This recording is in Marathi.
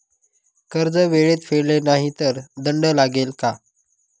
कर्ज वेळेत फेडले नाही तर दंड लागेल का?